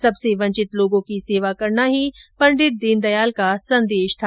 सबसे वंचित लोगों की सेवा करना ही पंडित दीनदयाल का संदेश था